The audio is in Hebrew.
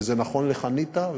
וזה נכון לחניתה,